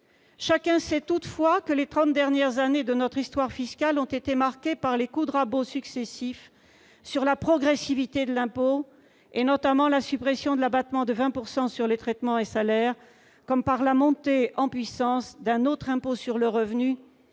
Chacun sait toutefois que les trente dernières années de notre histoire fiscale ont été marquées par des coups de rabot successifs sur la progressivité de l'impôt, avec notamment la suppression de l'abattement de 20 % sur les traitements et salaires, et par la montée en puissance d'un autre impôt sur le revenu,